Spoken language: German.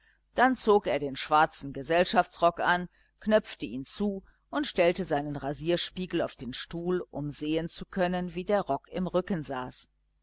dann zog er den schwarzen gesellschaftsrock an knöpfte ihn zu und stellte seinen rasierspiegel auf den stuhl um sehen zu können wie der rock im rücken saß